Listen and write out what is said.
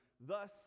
Thus